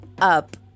up